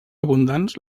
abundants